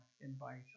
invites